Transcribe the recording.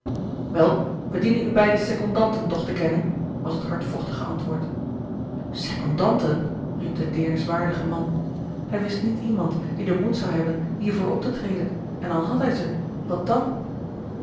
wij dienen uwe beide secondanten toch te kennen was het hardvochtige antwoord secondanten riep de deerniswaardige man hij wist niet iemand die den moed zou hebben hiervoor op te treden en al had hij ze wat dan